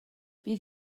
bydd